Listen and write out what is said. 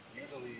Usually